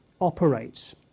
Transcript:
operates